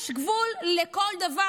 יש גבול לכל דבר.